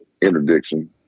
interdiction